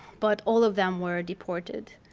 but all of them were deported